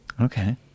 Okay